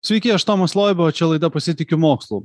sveiki aš tomas loiba o čia laida pasitikiu mokslu